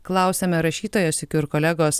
klausiame rašytojos sykiu ir kolegos